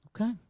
Okay